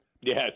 Yes